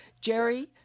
Jerry